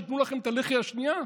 שייתנו לכם את הלחי השנייה?